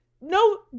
no